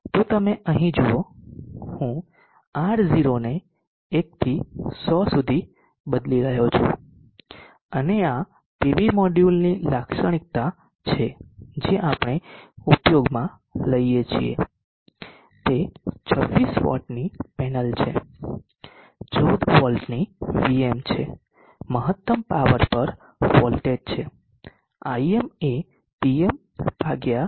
તો તમે અહીં જુઓ હું R0 ને 1 થી 100 સુધી બદલી રહ્યો છું અને આ PV મોડ્યુલની લાક્ષણિકતા છે જે આપણે ઉપયોગમાં લઈએ છીએ તે 26 વોટની પેનલ છે 14 વોલ્ટની Vm છે મહત્તમ પાવર પર વોલ્ટેજ છે Im એ PmVm થી ગણાય છે